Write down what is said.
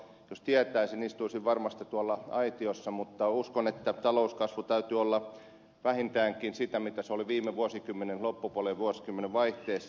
jos tietäisin istuisin varmasti tuolla aitiossa mutta uskon että talouskasvun täytyy olla vähintäänkin sitä mitä se oli viime vuosikymmenen loppupuolella ja vuosikymmenen vaihteessa